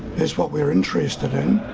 is what we're interested in.